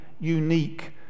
unique